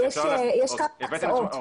ויש כאן הצעות,